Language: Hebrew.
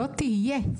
לא תהיה,